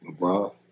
LeBron